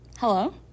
Hello